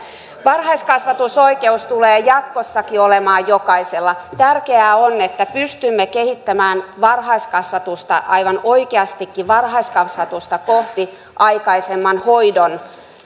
varhaiskasvatusoikeus tulee jatkossakin olemaan jokaisella tärkeää on että pystymme kehittämään varhaiskasvatusta aivan oikeastikin varhaiskasvatusta kohti aikaisemman hoidon